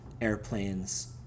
airplanes